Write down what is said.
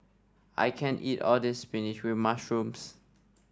I can't eat all of this spinach with mushroom